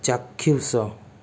ଚାକ୍ଷୁଷ